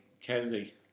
Kennedy